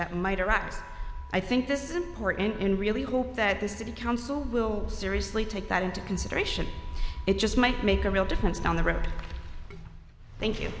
that might arise i think this is important in really hope that the city council will seriously take that into consideration it just might make a real difference down th